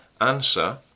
answer